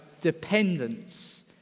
dependence